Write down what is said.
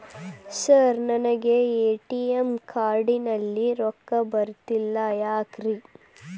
Sir ನನಗೆ ATM card ನಲ್ಲಿ ರೊಕ್ಕ ಬರತಿಲ್ಲ ಯಾಕ್ರೇ?